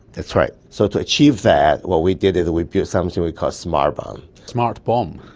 that's right. so to achieve that what we did is we built something we called smart bomb. smart bomb?